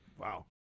Wow